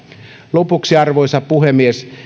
lopuksi arvoisa puhemies